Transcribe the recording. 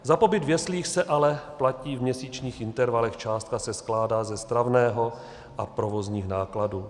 Za pobyt v jeslích se ale platí v měsíčních intervalech, částka se skládá ze stravného a provozních nákladů.